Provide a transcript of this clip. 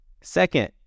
Second